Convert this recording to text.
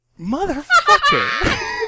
Motherfucker